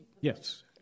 Yes